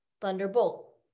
thunderbolt